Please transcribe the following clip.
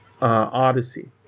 odyssey